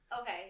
Okay